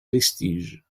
vestiges